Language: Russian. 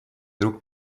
друг